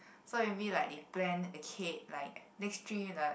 so maybe like they plan a kid like next three the